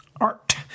art